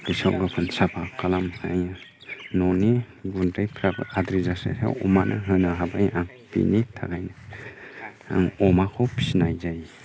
गेसाव गोफोन साफा खालामनो हायो न'नि गुन्दैफोराबो आद्रि जासलायसाय अमानो होनो हाबाय आं बिनि थाखायनो आं अमाखौ फिसिनाय जायो